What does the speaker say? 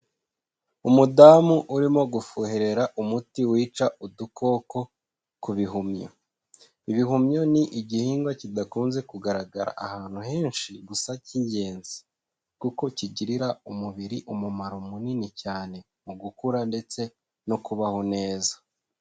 Umudamu urimo gufuherera umuti wica udukoko ku bihumyo, ibihumyo ni igihingwa kidakunze kugaragara ahantu henshi gusa cy'ingenzi, kuko kigirira umubiri umumaro munini cyane mu gukura ndetse no kubaho neza.